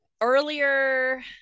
earlier